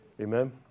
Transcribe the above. Amen